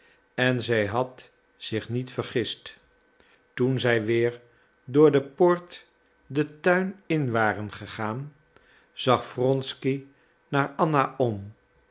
en zij had zich niet vergist toen zij weer door de poort den tuin in waren gegaan zag wronsky naar anna om